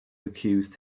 accused